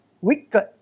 wicked